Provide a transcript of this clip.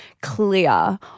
clear